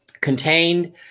contained